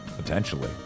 Potentially